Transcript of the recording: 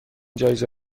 جایزه